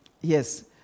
yes